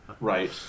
Right